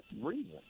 reason